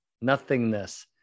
nothingness